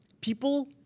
People